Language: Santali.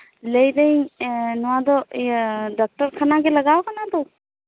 ᱞᱟᱹᱭ ᱫᱟᱹᱧ ᱱᱚᱣᱟ ᱫᱚ ᱱᱚᱜ ᱚᱭ ᱰᱚᱠᱴᱚᱨ ᱠᱷᱟᱱᱟ ᱜᱮ ᱞᱟᱜᱟᱣ ᱠᱟᱱᱟ ᱛᱚ